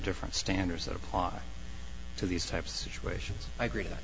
different standards that apply to these types of situations i agre